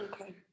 Okay